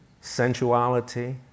sensuality